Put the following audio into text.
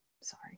sorry